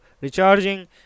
recharging